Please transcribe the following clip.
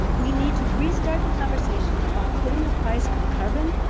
we need to restart the conversation about putting a price on carbon,